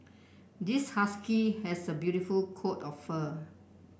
this husky has a beautiful coat of fur